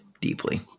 deeply